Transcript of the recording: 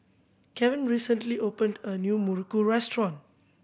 Kavon recently opened a new muruku restaurant